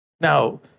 Now